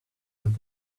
that